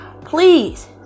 please